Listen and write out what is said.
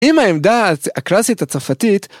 אם העמדה הקלאסית הצרפתית